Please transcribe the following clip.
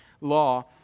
law